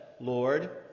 Lord